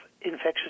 infectious